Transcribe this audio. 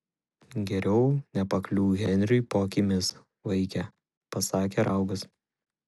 geriau nepakliūk henriui po akimis vaike pasakė raugas